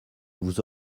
vous